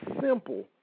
simple